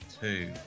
two